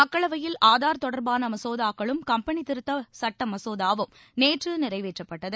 மக்களவையில் ஆதார் தொடர்பான மசோதாக்களும் கம்பெனி திருத்த சட்ட மசோதாவும் நேற்று நிறைவேற்றப்பட்டது